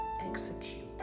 execute